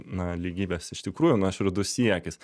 na lygybės iš tikrųjų nuoširdus siekis